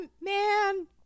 man